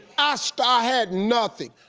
ah so i had nothing,